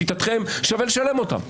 לשיטתכם שווה לשלם אותם,